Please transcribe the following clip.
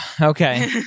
Okay